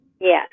Yes